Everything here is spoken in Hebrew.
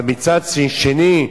אבל מצד שני,